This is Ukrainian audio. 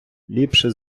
ліпше